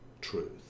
truth